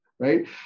right